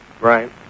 Right